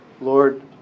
Lord